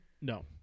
No